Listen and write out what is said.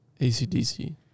ACDC